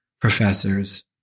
professors